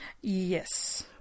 Yes